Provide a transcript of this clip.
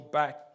back